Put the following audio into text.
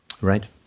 Right